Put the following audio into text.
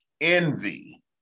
envy